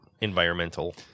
environmental